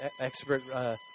expert